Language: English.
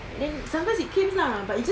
then sometimes it came lah but it just